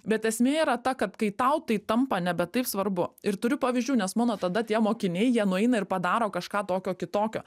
bet esmė yra ta kad kai tau tai tampa nebe taip svarbu ir turiu pavyzdžių nes mano tada tie mokiniai jie nueina ir padaro kažką tokio kitokio